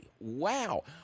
Wow